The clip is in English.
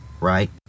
right